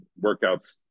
workouts